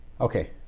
Okay